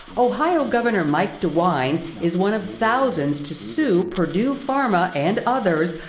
ohio governor, mike dewine, is one of thousands to sue perdue pharma, and others,